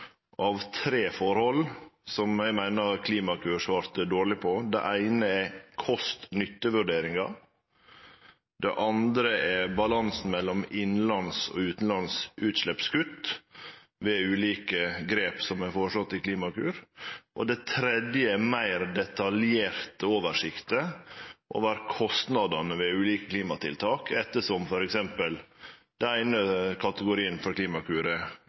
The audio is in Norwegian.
av tre forhold som eg meiner Klimakur svarte dårleg på. Det eine er kost–nytte-vurderingar, det andre er balansen mellom innanlands og utanlands utsleppskutt ved ulike grep som er føreslått i Klimakur, og det tredje er meir detaljerte oversikter over kostnadene ved ulike klimatiltak, ettersom f.eks. den eine kategorien for